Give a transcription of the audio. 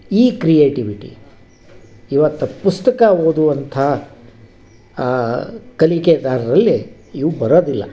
ಈ ಕ್ರಿಯೆಟಿವಿಟಿ ಇವತ್ತು ಪುಸ್ತಕ ಓದುವಂಥ ಆ ಕಲಿಕೆಗಾರರಲ್ಲಿ ಇವು ಬರೋದಿಲ್ಲ